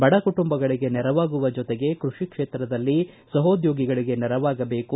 ಬಡ ಕುಟುಂಬಗಳಿಗೆ ನೆರವಾಗುವ ಜೊತೆಗೆ ಕೃಷಿ ಕ್ಷೇತ್ರದಲ್ಲಿ ಸಹೋದ್ಯೋಗಿಗಳಿಗೆ ನೆರವಾಗಬೇಕು